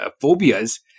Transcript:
phobias